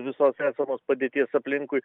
visos esamos padėties aplinkui